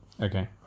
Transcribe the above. Okay